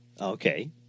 Okay